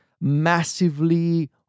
massively